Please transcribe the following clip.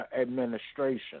administration